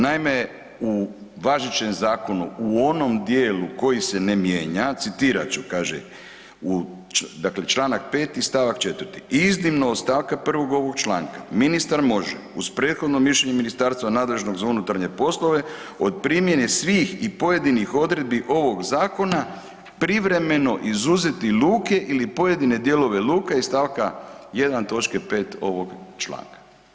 Naime, u važećem zakonu u onom dijelu koji se ne mijenja citirat ću kaže, dakle čl.5 st. 4. „iznimno od st. 1.ovog članka ministar može uz prethodno mišljenje ministarstva nadležnost za unutarnje poslove od primjene svih i pojedinih odredbi ovog zakona privremeno izuzeti luke ili pojedine dijelove luka iz st. 1. točke 5.ovog članka“